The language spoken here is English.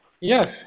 Yes